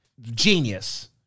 genius